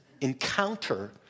encounter